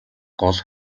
гол